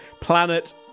Planet